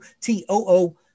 T-O-O